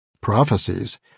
Prophecies